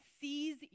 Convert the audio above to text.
sees